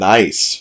Nice